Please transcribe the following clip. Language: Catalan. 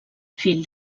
fill